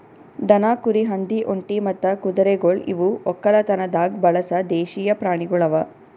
ದನ, ಕುರಿ, ಹಂದಿ, ಒಂಟಿ ಮತ್ತ ಕುದುರೆಗೊಳ್ ಇವು ಒಕ್ಕಲತನದಾಗ್ ಬಳಸ ದೇಶೀಯ ಪ್ರಾಣಿಗೊಳ್ ಅವಾ